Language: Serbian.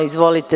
Izvolite.